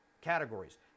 categories—